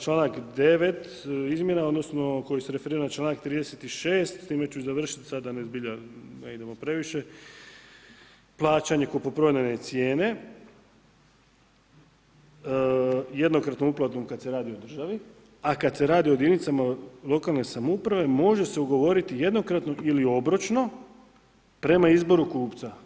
Članak 9. izmjena, odnosno koji se referira na čl. 36., s time ću završiti sada da zbilja ne idemo previše, plaćanje, ... i cijene, jednokratnom uplatom kad se radi o državi, a kad se radi o jedinicama lokalne samouprave, može se ugovoriti jednokratno ili obročno prema izboru kupca.